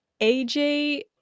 AJ